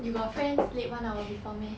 you got friends late one hour before meh